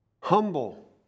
Humble